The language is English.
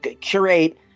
curate